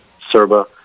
Serba